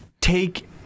take